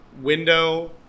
window